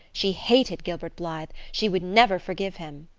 she hated gilbert blythe! she would never forgive him!